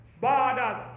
borders